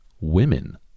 women